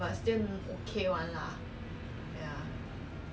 mm